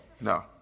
no